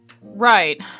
Right